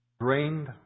drained